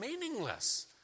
meaningless